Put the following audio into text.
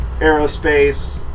aerospace